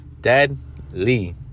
deadly